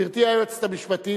גברתי היועצת המשפטית,